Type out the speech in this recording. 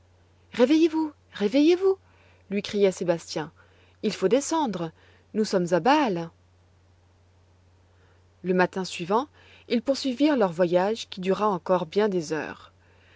réveillez vous réveillez vous lui criait sébastien il faut descendre nous sommes à bâle le matin suivant ils poursuivirent leur voyage qui dura encore bien des heures